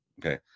okay